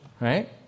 right